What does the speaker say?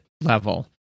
level